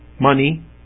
money